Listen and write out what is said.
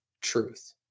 truth